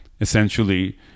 essentially